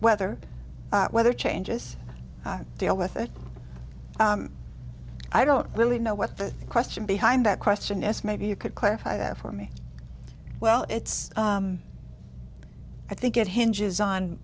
weather weather changes deal with it i don't really know what the question behind that question s maybe you could clarify that for me well it's i think it hinges on